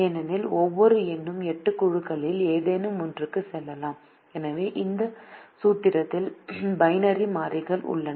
ஏனெனில் ஒவ்வொரு எண்ணும் 8 குழுக்களில் ஏதேனும் ஒன்றுக்கு செல்லலாம் எனவே இந்த சூத்திரத்தில் 64 பைனரி மாறிகள் உள்ளன